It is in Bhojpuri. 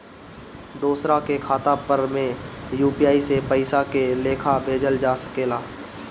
दोसरा के खाता पर में यू.पी.आई से पइसा के लेखाँ भेजल जा सके ला?